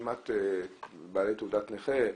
רשימת בעלי תעודת נכה,